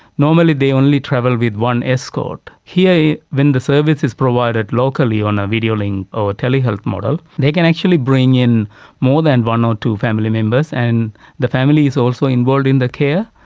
normally they only travel with one escort. here when the service is provided locally on a video link or tele-health model, they can actually bring in more than one or two family members, and the families are also involved in the care.